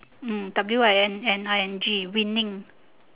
hmm W I N N I N G winning